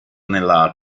nella